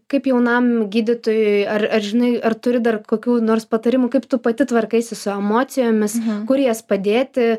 kaip jaunam gydytojui ar ar žinai ar turi dar kokių nors patarimų kaip tu pati tvarkaisi su emocijomis kur jas padėti